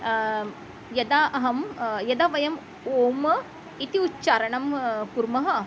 यदा अहं यदा वयम् ओम् इति उच्चारणं कुर्मः